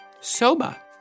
soba